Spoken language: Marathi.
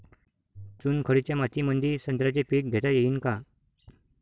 चुनखडीच्या मातीमंदी संत्र्याचे पीक घेता येईन का?